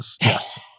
Yes